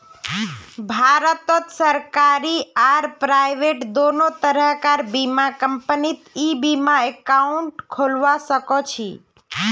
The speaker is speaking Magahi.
भारतत सरकारी आर प्राइवेट दोनों तरह कार बीमा कंपनीत ई बीमा एकाउंट खोलवा सखछी